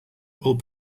all